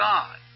God